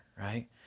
right